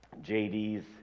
JD's